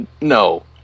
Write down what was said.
No